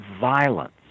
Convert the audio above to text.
violence